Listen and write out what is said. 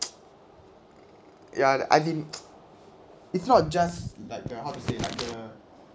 ya I didn't it's not just like uh how to say like uh